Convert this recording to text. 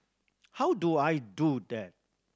how do I do that